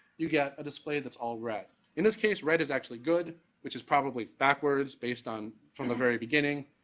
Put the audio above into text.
you got a display that's all red. in this case, red is actually good which is probably backwards based on from the very beginning,